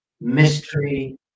mystery